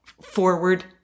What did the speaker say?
forward